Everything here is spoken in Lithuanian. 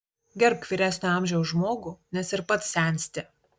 gerbk vyresnio amžiaus žmogų nes ir pats sensti